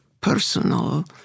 personal